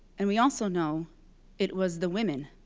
and we also know it was the women,